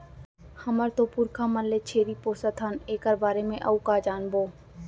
हमर तो पुरखा मन ले छेरी पोसत हन एकर बारे म अउ का जानबो?